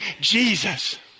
Jesus